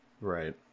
Right